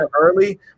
early